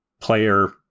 player